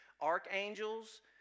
archangels